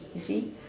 you see